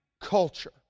culture